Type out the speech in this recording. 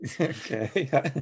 Okay